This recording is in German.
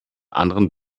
anderen